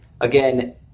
Again